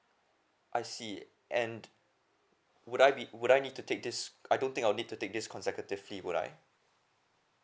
I see and would I be would I need to take this I don't think I'll need to take this consecutively would I